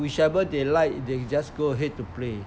whichever they like they just go ahead to play